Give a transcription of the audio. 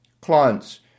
clients